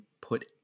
put